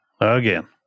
Again